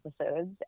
episodes